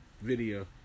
video